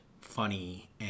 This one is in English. funny